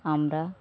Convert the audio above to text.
আমরা